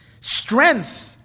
strength